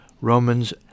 Romans